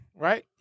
right